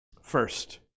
First